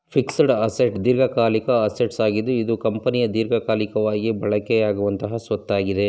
fixed assets ದೀರ್ಘಕಾಲಿಕ assets ಆಗಿದ್ದು ಇದು ಕಂಪನಿಯ ದೀರ್ಘಕಾಲಿಕವಾಗಿ ಬಳಕೆಯಾಗುವ ಸ್ವತ್ತಾಗಿದೆ